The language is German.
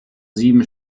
sieben